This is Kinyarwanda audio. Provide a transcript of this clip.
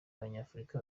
abanyafurika